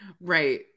Right